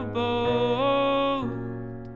bold